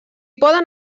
poden